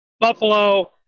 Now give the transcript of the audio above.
Buffalo